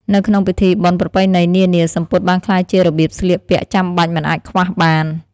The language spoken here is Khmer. នៅក្នុងពិធីបុណ្យប្រពៃណីនានា សំពត់បានក្លាយជារបៀបស្លៀកពាក់ចាំបាច់មិនអាចខ្វះបាន។